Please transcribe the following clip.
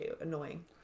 annoying